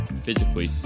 physically